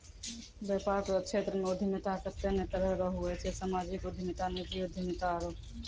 वेपार रो क्षेत्रमे उद्यमिता कत्ते ने तरह रो हुवै छै सामाजिक उद्यमिता नीजी उद्यमिता आरु